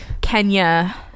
kenya